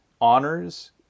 honors